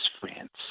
France